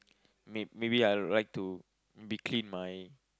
may~ maybe I would like to be clean my